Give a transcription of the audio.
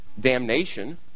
damnation